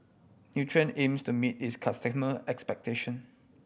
Nutren aims to meet its customer expectation